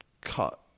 cut